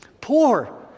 Poor